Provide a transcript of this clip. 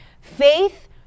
Faith